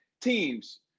teams